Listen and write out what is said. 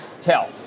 tell